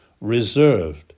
reserved